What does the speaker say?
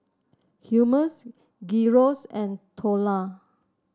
Hummus Gyros and Dhokla